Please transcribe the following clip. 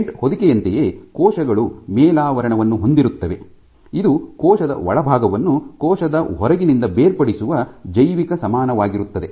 tent ಹೊದಿಕೆಯಂತೆಯೇ ಕೋಶಗಳು ಮೇಲಾವರಣವನ್ನು ಹೊಂದಿರುತ್ತವೆ ಇದು ಜೀವಕೋಶದ ಒಳಭಾಗವನ್ನು ಕೋಶದ ಹೊರಗಿನಿಂದ ಬೇರ್ಪಡಿಸುವ ಜೈವಿಕ ಸಮಾನವಾಗಿರುತ್ತದೆ